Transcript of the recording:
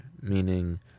Meaning